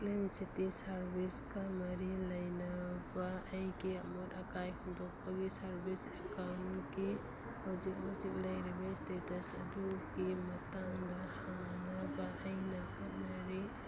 clean city ꯁꯥꯔꯕꯤꯁꯀ ꯃꯔꯤ ꯂꯩꯅꯕ ꯑꯩꯒꯤ ꯑꯃꯣꯠ ꯑꯀꯥꯏ ꯍꯨꯟꯗꯣꯛꯄꯒꯤ ꯁꯥꯔꯕꯤꯁ ꯑꯦꯛꯀꯥꯎꯟꯒꯤ ꯍꯧꯖꯤꯛ ꯍꯧꯖꯤꯛ ꯂꯩꯔꯤꯕ ꯏꯁꯇꯦꯇꯁ ꯑꯗꯨꯒꯤ ꯃꯇꯥꯡꯗ ꯍꯪꯅꯕ ꯑꯩꯅ ꯍꯣꯠꯅꯔꯤ